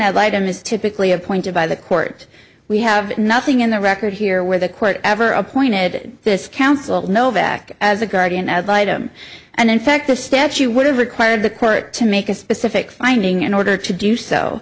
litem is typically appointed by the court we have nothing in the record here where the court ever appointed this counsel nowak as a guardian ad litum and in fact the statue would have required the court to make a specific finding in order to do